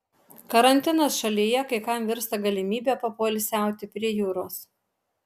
karantinas šalyje kai kam virsta galimybe papoilsiauti prie jūros